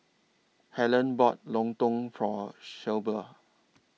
Helyn bought Lontong For Shelba